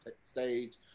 stage